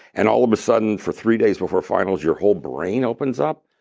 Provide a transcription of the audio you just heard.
and all of a sudden for three days before finals, your whole brain opens up,